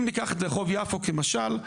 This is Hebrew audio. אם ניקח את רחוב יפו כמשל,